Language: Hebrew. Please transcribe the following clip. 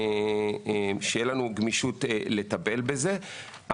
שתהיה לנו גמישות לטפל בזה.